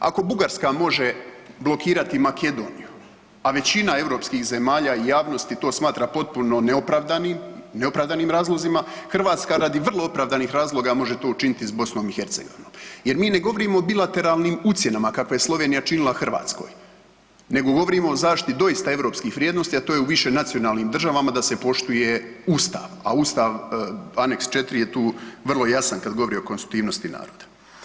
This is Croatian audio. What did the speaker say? Ako Bugarska može blokirati Makedoniju, a većina europskih zemalja i javnosti to smatra potpuno neopravdanim, neopravdanim razlozima, Hrvatska radi vrlo opravdanih razloga može to učiniti s BiH jer mi ne govorimo o bilateralnim ucjenama, kakve je Slovenija činila Hrvatskoj, nego govorimo o zaštiti doista europskih vrijednosti, a to je u višenacionalnim državama da se poštuje ustav, a ustav, aneks 4. je tu vrlo jasan kad govori o konstitutivnosti naroda.